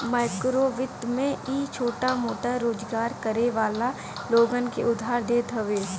माइक्रोवित्त में इ छोट मोट रोजगार करे वाला लोगन के उधार देत हवे